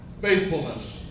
faithfulness